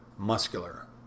Muscular